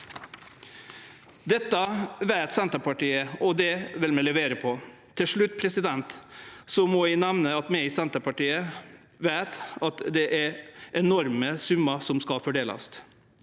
Dette veit Senterpartiet, og det vil vi levere på. Til slutt må eg nemne at vi i Senterpartiet veit at det er enorme summar som skal fordelast.